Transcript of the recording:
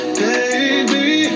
baby